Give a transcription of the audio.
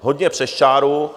Hodně přes čáru.